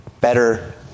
Better